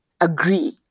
agree